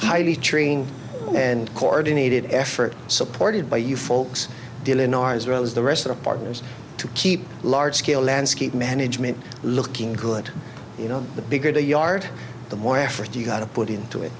select and coordinated effort supported by you folks dillon are as well as the rest of the partners to keep large scale landscape management looking good you know the bigger the yard the more effort you got to put into it